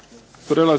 Hvala